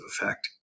effect